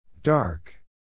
Dark